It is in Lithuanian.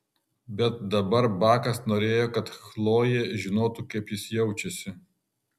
bet dabar bakas norėjo kad chlojė žinotų kaip jis jaučiasi